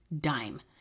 dime